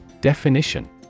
Definition